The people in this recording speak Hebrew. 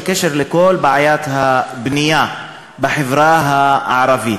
בקשר לכל בעיית הבנייה בחברה הערבית,